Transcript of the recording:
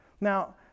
Now